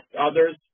others